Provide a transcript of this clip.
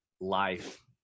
life